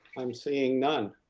i'm seeing none.